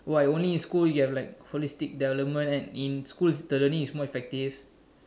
why only with school then you will have holistic development and then in school the learning is more effective